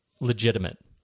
legitimate